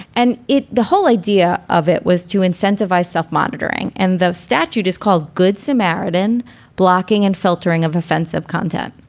and it the whole idea of it was to incentivize self monitoring. and the statute is called good samaritan blocking and filtering of offensive content.